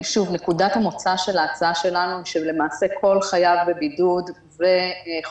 נקודת המוצא של ההצעה שלנו היא שלמעשה כל חייב בבידוד וחולה